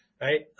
right